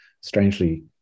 strangely